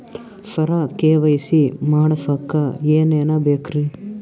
ಸರ KYC ಮಾಡಸಕ್ಕ ಎನೆನ ಬೇಕ್ರಿ?